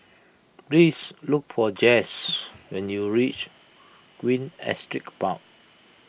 please look for Jess when you reach Queen Astrid Park